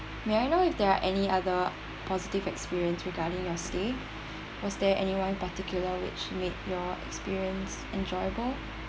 may I know if there are any other positive experience regarding your stay was there anyone particular which made your experience enjoyable